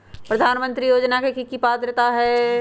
प्रधानमंत्री योजना के की की पात्रता है?